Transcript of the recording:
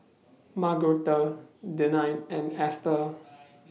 Margaretta Denine and Ester